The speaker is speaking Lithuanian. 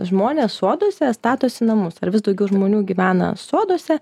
žmonės soduose statosi namus ar vis daugiau žmonių gyvena soduose